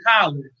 college